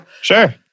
Sure